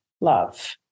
love